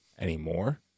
anymore